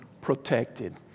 protected